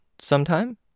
Sometime